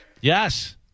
Yes